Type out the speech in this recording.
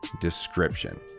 description